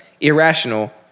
irrational